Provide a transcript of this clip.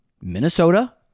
Minnesota